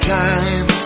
time